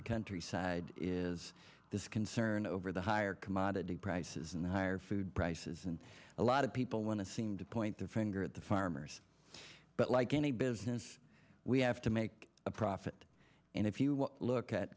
the countryside is this concern over the higher commodity prices and higher food prices and a lot of people want to seem to point the finger at the farmers but like any business we have to make a profit and if you look at